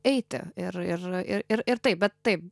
eiti ir ir ir ir taip bet taip